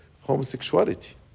homosexuality